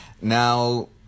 now